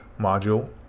module